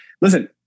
Listen